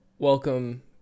Welcome